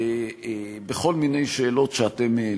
בכל מיני שאלות שאתם העליתם,